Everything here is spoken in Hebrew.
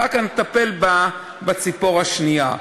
אחר כך נטפל בציפור השנייה.